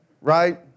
right